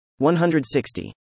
160